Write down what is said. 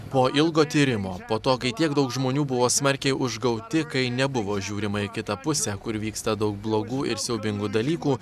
po ilgo tyrimo po to kai tiek daug žmonių buvo smarkiai užgauti kai nebuvo žiūrima į kitą pusę kur vyksta daug blogų ir siaubingų dalykų